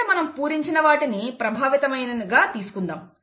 ఇక్కడ మనం పూరించిన వాటిని ప్రభావితమైనవిగా తీసుకుందాం